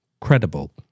credible